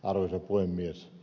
arvoisa puhemies